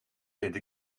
vindt